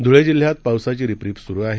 धुळे जिल्ह्यात पावसाची रिपरिप सुरू आहे